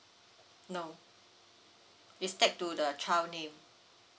no it's tagged to the child name